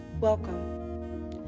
Welcome